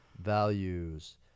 Values